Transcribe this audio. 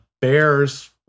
Bears